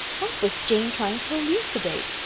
what was jane trying to elucidate?